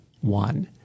one